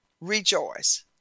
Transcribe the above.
Rejoice